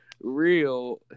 real